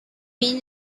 been